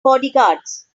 bodyguards